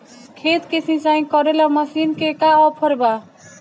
खेत के सिंचाई करेला मशीन के का ऑफर बा?